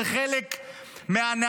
הם חלק מהנאה,